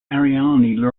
ariane